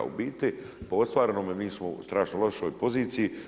U biti po ostvarenome, mi smo u strašnoj lošoj poziciji.